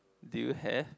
do you hair